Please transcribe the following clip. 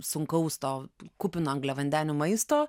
sunkaus to kupino angliavandenių maisto